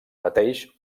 pateix